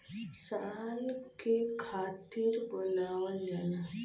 साल के खातिर बनावल जाला